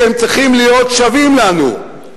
שצריכים להיות שווים לנו.